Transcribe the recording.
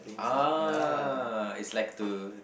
ah is like to